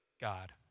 God